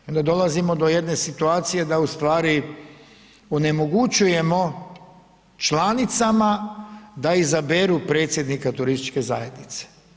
I onda dolazimo do jedne situacije da u stvari onemogućujemo članicama da izaberu predsjednika turističke zajednice.